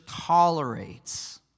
tolerates